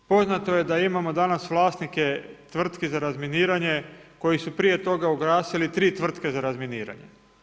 Poznato je da imamo danas vlasnike tvrtki za razminiranje koji su prije toga ugasili tri tvrtke za razminiranje.